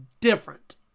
different